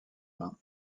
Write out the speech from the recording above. main